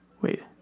Wait